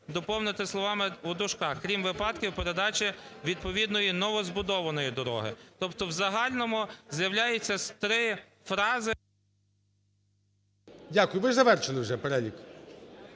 доповнити словами в дужках: (крім випадків передачі відповідної новозбудованої дороги). Тобто в загальному з'являється три фрази... ГОЛОВУЮЧИЙ. Дякую. Ви завершили вже перелік.